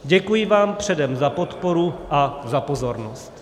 Děkuji vám předem za podporu a za pozornost.